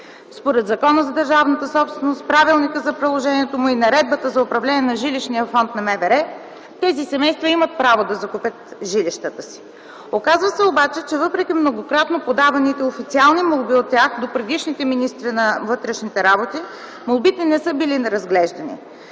Според Закона за държавната собственост, Правилника за приложението му и Наредбата за управление на жилищния фонд на МВР тези семейства имат право да купят жилищата си. Оказва се обаче, че въпреки подаваните многократно молби от тях до предишните министри на вътрешните работи, молбите им не са били разглеждани.